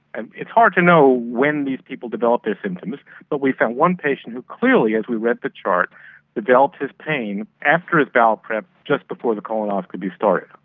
and it's hard to know when these people developed their symptoms but we found one patient who clearly as we read the chart developed his pain after his bowel prep, just before the colonoscopy started.